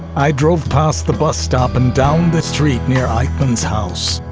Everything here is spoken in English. i drove past the bus stop and down the street near eichmann's house.